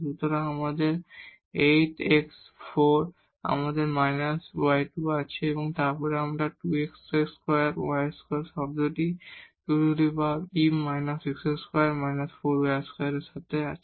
সুতরাং 8 x4 আমাদের −y2 আছে এবং তারপর আমাদের এই 2 x2y2 টার্মটি এই 2 e − x2−4 y2 এর সাথে আছে